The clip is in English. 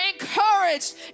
encouraged